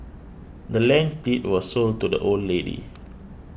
the land's deed was sold to the old lady